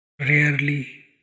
Rarely